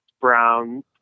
Brown